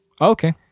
okay